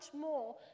more